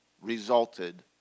resulted